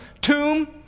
tomb